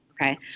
Okay